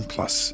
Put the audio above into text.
Plus